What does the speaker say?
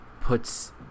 puts